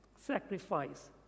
sacrifice